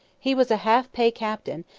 he was a half-pay captain,